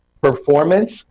performance